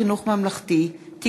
הצעת חוק חינוך ממלכתי (תיקון,